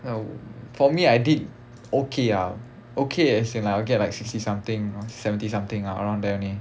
ya for me I did okay ah okay as in like I'll get like sixty something or seventy something ah around there only